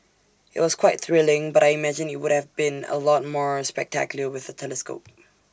IT was quite thrilling but I imagine IT would have been A lot more spectacular with A telescope